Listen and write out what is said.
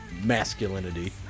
masculinity